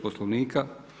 Poslovnika.